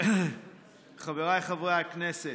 חבריי חברי הכנסת,